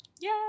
Yay